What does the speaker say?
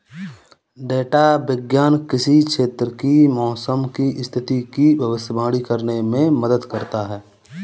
data विज्ञान किसी क्षेत्र की मौसम की स्थिति की भविष्यवाणी करने में मदद करता है